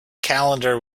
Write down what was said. calendar